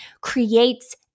creates